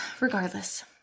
Regardless